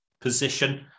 position